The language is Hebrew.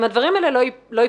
אם הדברים האלה לא ייפתרו,